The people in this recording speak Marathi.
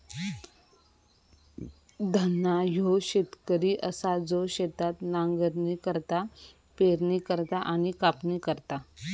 धन्ना ह्यो शेतकरी असा जो शेतात नांगरणी करता, पेरणी करता आणि कापणी करता